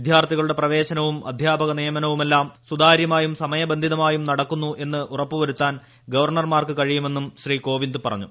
വിദ്യാർത്ഥികളുടെ പ്രവേശനവും അധ്യാപക നിയമനവുമെല്ലാം സുതാര്യമായും സമയബന്ധിതമായും നടക്കുന്നു എന്ന് ഉറപ്പുവരുത്താൻ ഗവർണർമാർക്ക് കഴിയുമെന്നും ശ്രീ കോവിന്ദ് പറഞ്ഞു